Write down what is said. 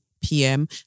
PM